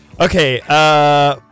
Okay